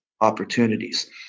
opportunities